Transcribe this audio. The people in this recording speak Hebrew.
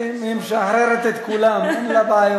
יש, היא משחררת את כולם, אין לה בעיות.